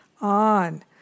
on